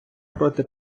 проти